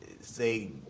say